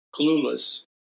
clueless